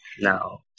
now